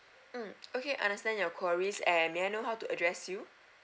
mm okay I understand your queries and may I know how to address you